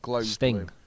Sting